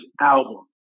album